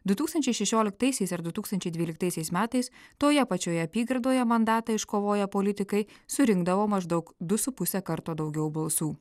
du tūkstančiai šešioliktaisiais ir du tūkstančiai dvyliktaisiais metais toje pačioje apygardoje mandatą iškovoję politikai surinkdavo maždaug du su puse karto daugiau balsų